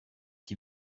qui